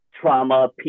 trauma